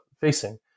facing